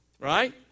right